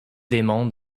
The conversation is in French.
démon